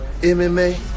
MMA